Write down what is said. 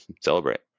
Celebrate